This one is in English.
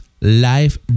Life